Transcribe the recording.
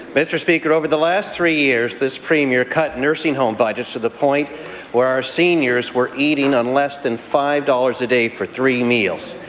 mr. speaker, over the last three years this premier cut nursing home budgets to the point where our seniors were eating on less than five dollars a day for three meals.